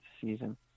season